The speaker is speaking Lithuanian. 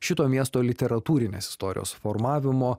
šito miesto literatūrinės istorijos formavimo